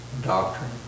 doctrine